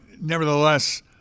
nevertheless